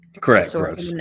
Correct